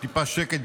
טיפה שקט,